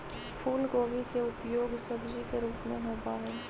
फूलगोभी के उपयोग सब्जी के रूप में होबा हई